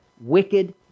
Wicked